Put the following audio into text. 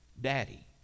daddy